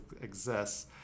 exists